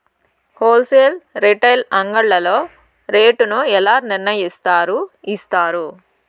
Whole sale retail అంగడ్లలో rate ను ఎలా నిర్ణయిస్తారు యిస్తారు?